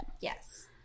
Yes